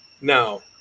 Now